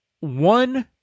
one